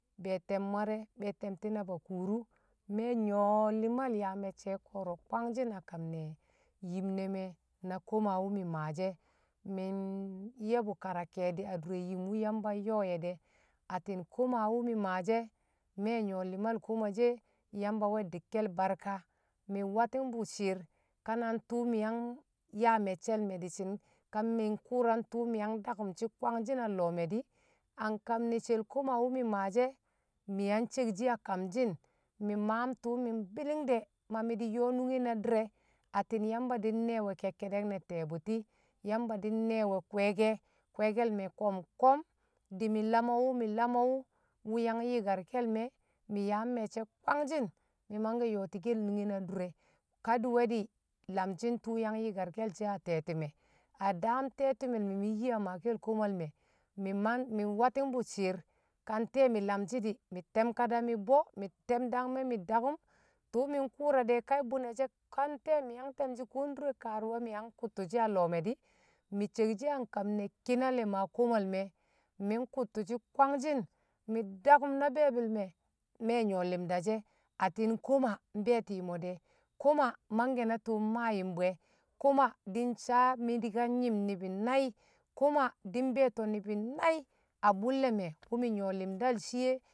be̱e̱ te̱m mware be̱e̱te̱mti̱n abakuru, me̱ nyṵwe̱ li̱mal yaa me̱cce̱ ko̱ro̱ kwagshin a kam ne yim ne̱ me̱ na koma wṵ mi maashi̱ e̱, mi̱ nye̱bṵ kera ke̱e̱di̱ a dure yim wṵ yamba nyo̱o̱ye̱ de̱ atti̱n ko̱ma wṵ mi̱ maashi̱ e̱ me̱ nyṵwo̱ li̱mal ko̱ma she̱ yamba we̱ di̱kke̱l barka mi̱ wati̱ng bṵ shi̱i̱r kana twṵ mi̱ yang yaa me̱cce̱l me̱ di̱shi̱n ka mi̱ nkṵṵra twṵ mi̱ yang da kṵm shi̱ kwangshi̱n a lo̱o̱ me̱ di̱, a kamne̱ shel koma wu̱ ma shi̱ye mi̱ yang ce̱k shi̱ a kamshi̱n mi̱ maam tṵṵ mi̱ mbi̱li̱ng de̱, ma mi di yo̱o̱ nṵnge na di̱re atti̱n yamba di̱ nne̱e̱we̱ ke̱kkedek ne ti̱ye bṵti̱ yamba di nne̱e̱we̱ kwe̱e̱ke̱, kwe̱e̱ke̱l ko̱m- ko̱m di̱ mi̱ lamo wṵ mi̱ lamo̱ wṵ, wṵ yang yi̱karke̱l me mi yaam me̱cce̱ kwangshi̱n mi̱ mangke̱ yo̱o̱ti̱ke̱l nṵnge na di̱re̱ kadi̱we di̱ lamshi ntu̱ yang yi̱karke̱l she a te̱ti̱me̱ a daam tetimel me mi nyi̱ a maake̱l komal me̱ mi mang mi̱ watingbu shi̱r ka nte̱e̱ mi lamshi chi̱ mi te̱m kada mi bo, mi tem dangme mi dakum tu̱ mi nkwṵra de̱ ka bṵne̱ ka nte̱e̱ miyang te̱mshi̱ ka lṵre̱ kaarṵwa mi̱ yang kṵttṵ shi̱ a lo̱o̱ me̱ di̱, mi̱ le̱kshi a nkam ne̱ ki̱nale̱ maa komal me̱ mi̱ nkṵttṵ shi̱ kwangshi̱n mi dakṵm na be̱e̱bil me̱ me nyuwo limda she̱ attin koma mbe̱e̱ti mo̱ de, ko̱ma mangke na tṵṵ mmaayimbu e, koma din sa mi di̱kan nyim ni̱bi̱ nai, ko̱ma di nbe̱to̱ ni̱bi̱ nai a bṵlle me wṵ mi̱ nyṵwo li̱maal shi̱ye̱.